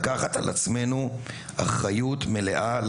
שאנחנו חייבים לקחת על עצמנו את האחריות המלאה על